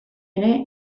ere